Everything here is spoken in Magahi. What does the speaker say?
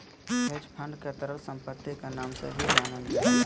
हेज फंड के तरल सम्पत्ति के नाम से भी जानल जा हय